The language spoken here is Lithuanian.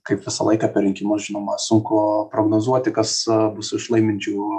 kaip visą laiką per rinkimus žinoma sunku prognozuoti kas bus iš laiminčių